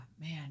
man